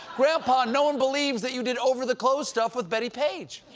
grandpa, no one believes that you did over-the-clothes stuff with betty page!